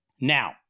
Now